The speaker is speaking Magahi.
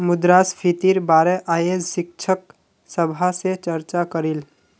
मुद्रास्फीतिर बारे अयेज शिक्षक सभा से चर्चा करिल